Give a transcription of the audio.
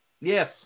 Yes